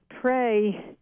pray